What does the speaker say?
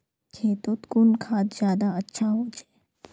खेतोत कुन खाद ज्यादा अच्छा होचे?